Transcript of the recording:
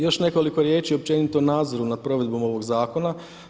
Još nekoliko riječi općenito o nadzoru nad provedbom ovog zakona.